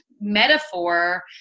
metaphor